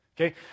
Okay